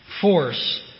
force